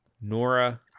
Nora